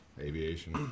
aviation